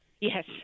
Yes